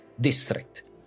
district